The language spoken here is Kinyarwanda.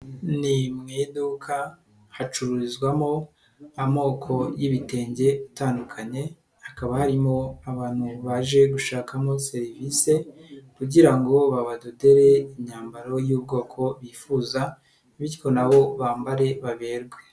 Ni mu iduka hacururizwamo amoko y'ibitenge atandukanye, hakaba harimo abantu baje gushakamo serivisi kugira ngo babadotere imyambaro y'ubwoko bifuza, bityo nabo bambare baberwe.